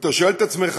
ואתה שואל את עצמך,